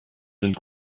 sind